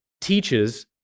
teaches